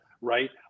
right